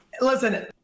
listen